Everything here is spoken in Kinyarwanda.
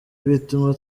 bituma